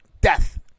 Death